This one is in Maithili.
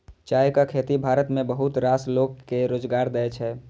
चायक खेती भारत मे बहुत रास लोक कें रोजगार दै छै